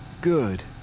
Good